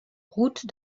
route